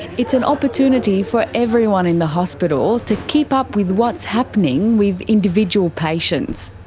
it's an opportunity for everyone in the hospital to keep up with what's happening with individual patients.